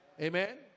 amen